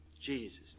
jesus